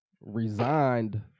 resigned